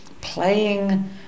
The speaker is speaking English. Playing